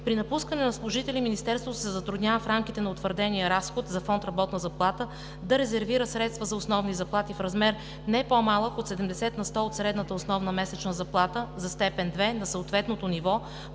При напускане на служители Министерството се затруднява в рамките на утвърдения разход за фонд „Работна заплата“ да резервира средства за основни заплати в размер не по-малък от 70 на сто от средната основна месечна заплата за степен 2 на съответното ниво,